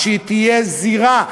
כשהיא תהיה זירה,